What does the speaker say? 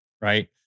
right